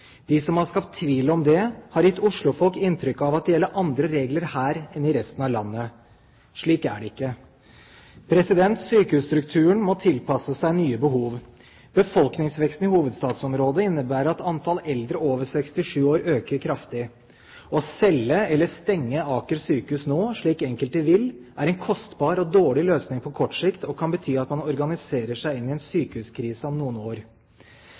De som har skapt tvil om det, har gitt Oslo-folk inntrykk av at det gjelder andre regler her enn i resten av landet. Slik er det ikke. Sykehusstrukturen må tilpasse seg nye behov. Befolkningsveksten i hovedstadsområdet innebærer at antall eldre over 67 år øker kraftig. Å selge eller stenge Aker sykehus nå, slik enkelte vil, er en kostbar og dårlig løsning på kort sikt, og kan bety at man organiserer seg inn i en sykehuskrise om noen år.